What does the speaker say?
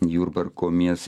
jurbarko mies